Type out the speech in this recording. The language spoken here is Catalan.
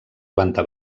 planta